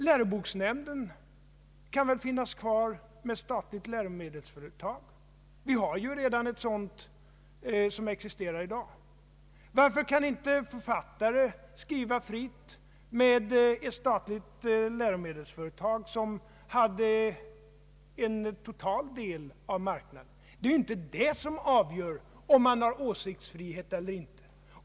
Läroboksnämnden kan väl finnas kvar tillsammans med ett statligt läromedelsföretag — vi har ju redan ett sådant i dag. Varför skulle inte författare kunna skriva fritt med ett statligt läromedelsföretag som hade en total del av marknaden? Det är ju inte detta som avgör om det råder åsiktsfrihet eller inte.